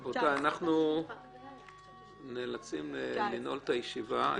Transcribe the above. רבותיי, אנחנו נאלצים לנעול את הישיבה.